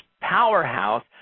powerhouse